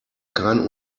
keinen